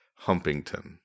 Humpington